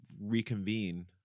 reconvene